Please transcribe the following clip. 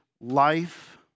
life